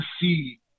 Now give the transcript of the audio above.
see